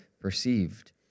perceived